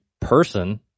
person